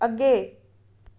ਅੱਗੇ